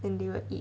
and they will eat